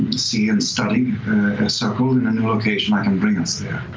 see and study a circle in a new location, i can bring us there.